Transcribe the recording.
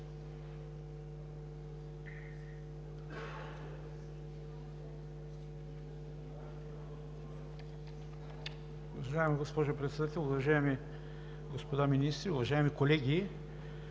Уважаема госпожо Председател, уважаеми господа министри, уважаеми колеги!